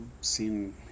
seen